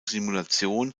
simulation